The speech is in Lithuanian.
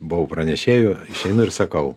buvau pranešėju išeinu ir sakau